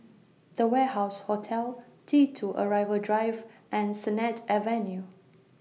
The Warehouse Hotel T two Arrival Drive and Sennett Avenue